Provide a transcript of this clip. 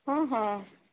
हँ हँ